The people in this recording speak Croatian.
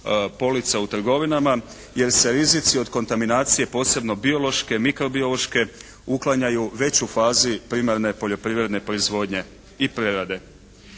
polica u trgovinama jer se rizici od kontaminacije posebno biološke, mikrobiološke uklanjaju već u fazi primarne poljoprivredne proizvodnje i prerade.